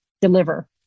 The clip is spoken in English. deliver